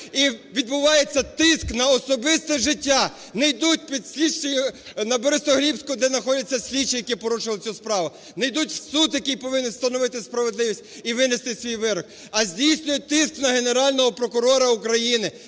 і відбувається тиск на особисте життя. Не йдуть підслідчі на Борисоглібську, де знаходяться слідчі, які порушили цю справу, не йдуть в суд, який повинен встановити справедливість і винести свій вирок, а здійснюють тиск на Генерального прокурора України.